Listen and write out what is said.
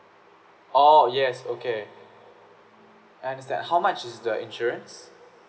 oh yes okay I understand how much is the insurance